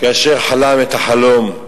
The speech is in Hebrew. כאשר חלם את החלום: